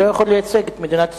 לא יכול לייצג את מדינת ישראל.